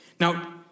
Now